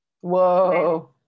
Whoa